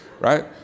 Right